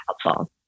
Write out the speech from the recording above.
helpful